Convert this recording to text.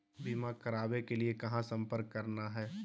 बीमा करावे के लिए कहा संपर्क करना है?